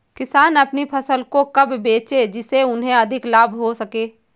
किसान अपनी फसल को कब बेचे जिसे उन्हें अधिक लाभ हो सके?